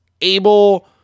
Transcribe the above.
able